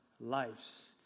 lives